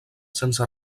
sense